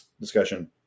discussion